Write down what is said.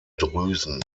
drüsen